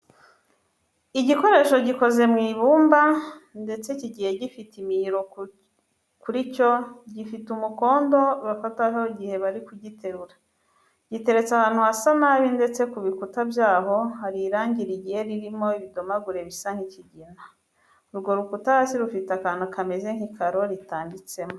Igikoresho gikoze mu ibumba ndetse kigiye gifite imihiro kuri cyo, gifite umukondo bafataho igihe bari kugiterura. Giteretse ahantu hasa nabi ndetse ku bikuta byaho hari irangi rigiye ririmo ibidomagure bisa nk'ikigina. Urwo rukuta hasi rufite akantu kameze nk'ikaro ritambitseho.